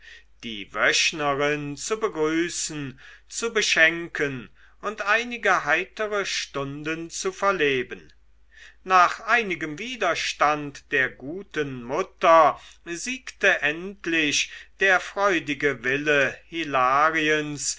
die wöchnerin zu begrüßen zu beschenken und einige heitere stunden zu verleben nach einigem widerstand der guten mutter siegte endlich der freudige wille